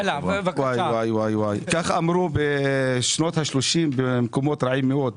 כך אמרו בשנות ה-30 במקומות רעים מאוד.